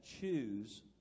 choose